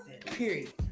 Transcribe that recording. Period